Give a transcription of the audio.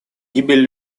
гибель